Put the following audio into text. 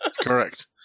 Correct